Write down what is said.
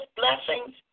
blessings